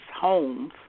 homes